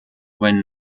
when